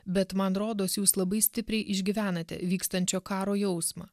bet man rodos jūs labai stipriai išgyvenate vykstančio karo jausmą